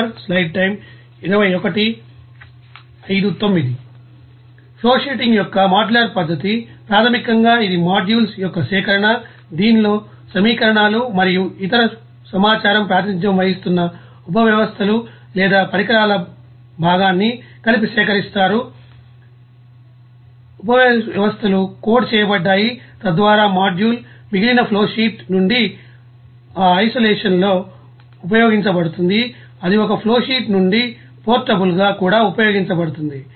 flowsheeting యొక్క modular పద్ధతి ప్రాథమికంగా ఇది మాడ్యూల్స్ యొక్క సేకరణ దీనిలో సమీకరణాలు మరియు ఇతర సమాచారం ప్రాతినిధ్యం వహిస్తున్న ఉపవ్యవస్థలు లేదా పరికరాల భాగాన్ని కలిపి సేకరిస్తారు ఉపవ్యవస్థలు కోడ్ చేయబడ్డాయి తద్వారా మాడ్యూల్ మిగిలిన ఫ్లోషీట్ నుండి ఆ ఐసోలేషన్లో ఉపయోగించబడుతుంది అది ఒక ఫ్లోషీట్ నుండి పోర్టబుల్గా కూడా ఉపయోగించబడుతుంది